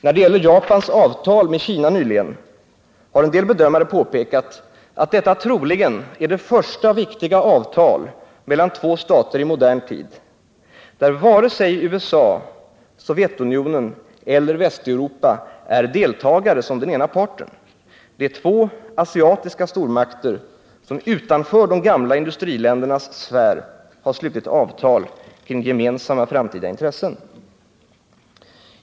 När det gäller Japans avtal med Kina nyligen har en del bedömare påpekat att detta troligen är det första viktiga avtal mellan två stater i modern tid, där varken USA, Sovjetunionen eller Västeuropa är deltagare som den ena parten. Det är två asiatiska stormakter som utanför de gamla industriländernas sfär har slutit avtal kring gemensamma framtida intressen.